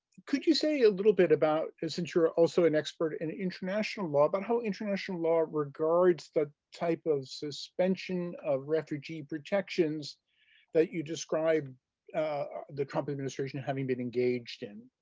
could you say a little bit about since you're also an expert in international law but how international law regards the type of suspension of refugee protections that you described the trump administration having been engaged in